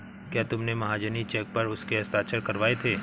क्या तुमने महाजनी चेक पर उसके हस्ताक्षर करवाए थे?